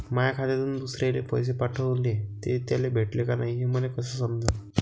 माया खात्यातून दुसऱ्याले पैसे पाठवले, ते त्याले भेटले का नाय हे मले कस समजन?